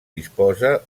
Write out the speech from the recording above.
dispose